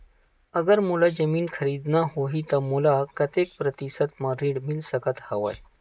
अगर मोला जमीन खरीदना होही त मोला कतेक प्रतिशत म ऋण मिल सकत हवय?